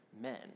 men